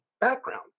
background